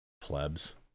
Plebs